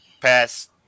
pass